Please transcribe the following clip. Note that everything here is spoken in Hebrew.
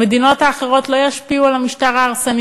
המדינות האחרות לא ישפיעו על המשטר ההרסני